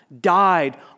died